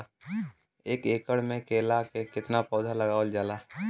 एक एकड़ में केला के कितना पौधा लगावल जाला?